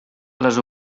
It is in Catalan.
les